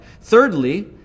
Thirdly